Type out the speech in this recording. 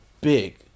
big